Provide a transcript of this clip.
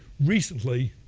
recently